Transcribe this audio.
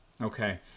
Okay